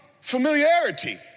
familiarity